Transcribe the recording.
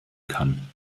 kann